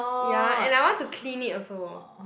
ya and I want to clean it also